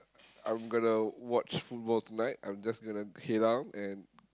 I'm gonna watch football tonight I'm just gonna head down and